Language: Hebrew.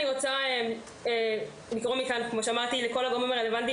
אני רוצה לקרוא מכאן לכל הגורמים הרלוונטיים